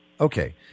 Okay